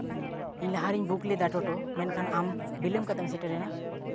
ᱤᱧ ᱞᱟᱦᱟᱨᱤᱧ ᱵᱩᱠ ᱞᱮᱫᱟ ᱴᱳᱴᱳ ᱢᱮᱱᱠᱷᱟᱱ ᱟᱢ ᱵᱤᱞᱳᱢ ᱠᱟᱛᱮᱢ ᱥᱮᱴᱮᱨᱮᱱᱟ